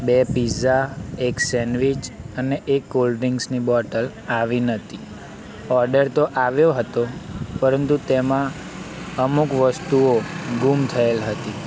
બે પીઝા એક સેન્ડવીચ અને એક કોલ્ડ્રીંકસની બોટલ આવી નથી ઓર્ડર તો આવ્યો હતો પરંતુ તેમાં અમુક વસ્તુઓ ગુમ થયેલી હતી